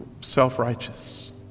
self-righteous